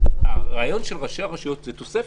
הרעיון של ראשי הרשויות זאת תוספת,